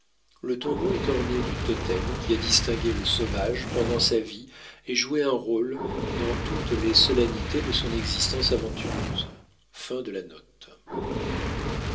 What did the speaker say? le tombeau est orné du totem qui a distingué le sauvage pendant sa vie et joué un rôle dans toutes les solennités de son existence aventureuse